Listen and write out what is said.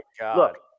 Look